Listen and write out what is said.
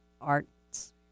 arts